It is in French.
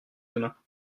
demain